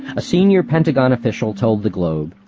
a senior pentagon official told the globe,